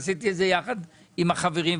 עשיתי את זה יחד עם החברים.